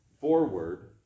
forward